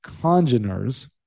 congeners